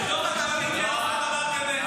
בתוך הקואליציה לעשות דבר כזה?